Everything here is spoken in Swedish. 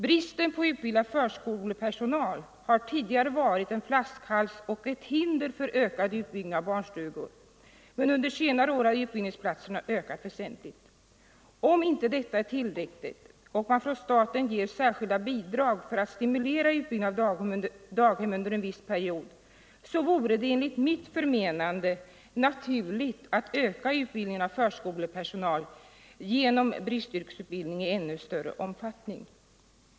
Bristen på utbildad förskolepersonal har tidigare varit en flaskhals och ett hinder för ökad utbyggnad av barnstugor, men under senare år har antalet utbildningsplatser ökat väsentligt. Om inte detta är tillräckligt och man från staten ger särskilda bidrag för att stimulera utbyggnaderna av daghem under en viss period, vore det enligt mitt förmenande naturligt att öka utbildningen av förskolepersonal genom bristyrkesutbildning i ännu större omfattning.